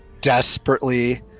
desperately